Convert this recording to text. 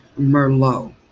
Merlot